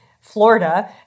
Florida